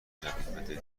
جدید